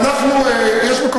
אין בעיה.